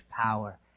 power